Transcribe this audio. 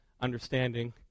understanding